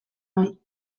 bai